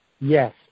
Yes